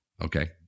Okay